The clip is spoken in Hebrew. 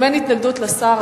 אם אין התנגדות לשר,